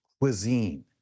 cuisine